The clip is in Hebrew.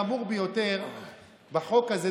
החמור ביותר בחוק הזה,